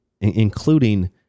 including